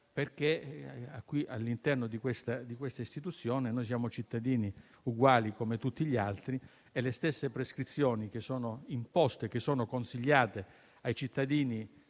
perché all'interno di questa istituzione siamo cittadini uguali a tutti gli altri ed è giusto che le stesse prescrizioni che sono imposte, che sono consigliate ai cittadini